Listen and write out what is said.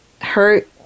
hurt